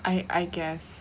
I I guess